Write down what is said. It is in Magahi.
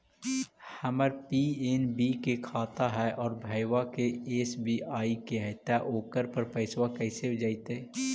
हमर पी.एन.बी के खाता है और भईवा के एस.बी.आई के है त ओकर पर पैसबा कैसे जइतै?